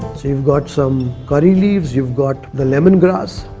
you've got some curry leaves, you've got the lemongrass.